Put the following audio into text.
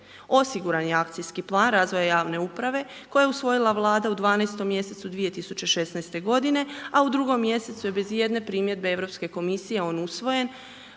Osiguran je akcijski plan razvoja javne uprave koja je usvojila Vlada u 12. mj. 2016. g. a u 2. mj. je bez ijedne primjedbe Europske komisije on usvojen